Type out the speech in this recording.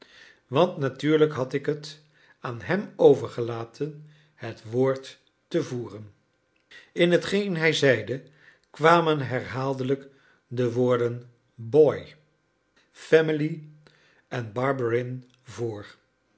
want natuurlijk had ik het aan hem overgelaten het woord te voeren in hetgeen hij zeide kwamen herhaaldelijk de woorden boy family en barberin voor